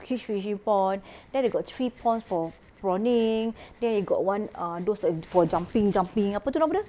kids fishing pond then they got three ponds for prawning then they got one uh those ah for jumping jumping apa itu nama dia